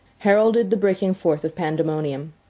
heralded the breaking forth of pandemonium.